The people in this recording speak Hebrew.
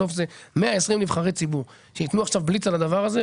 בסוף זה 120 נבחרי ציבור שייתנו עכשיו בליץ על הדבר הזה,